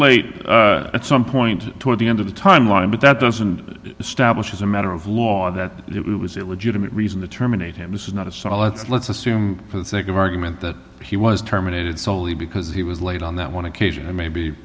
late at some point toward the end of the timeline but that doesn't establish as a matter of law that it was a legitimate reason to terminate him this is not a solid let's assume for the sake of argument that he was terminated solely because he was late on that one occasion i may be